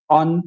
on